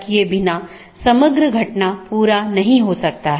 यह एक बड़े आईपी नेटवर्क या पूरे इंटरनेट का छोटा हिस्सा है